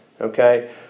Okay